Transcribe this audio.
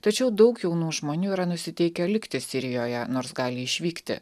tačiau daug jaunų žmonių yra nusiteikę likti sirijoje nors gali išvykti